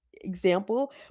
example